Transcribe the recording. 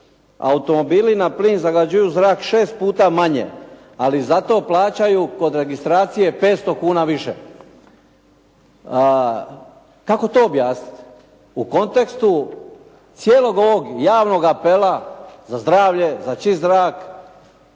Automobili na plin zagađuju zrak 6 puta manje, ali zato plaćaju kod registracije 500 kuna više. Kako to objasniti? U kontekstu cijelog ovog javnoga apela za zdravlje, za čist zrak,